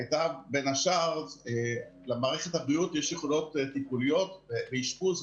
הייתה בין השאר למערכת הבריאות יש יכולות טיפוליות באשפוז,